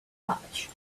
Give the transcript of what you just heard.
pouch